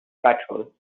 patrol